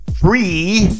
free